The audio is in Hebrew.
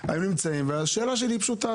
השאלה שלי פשוטה,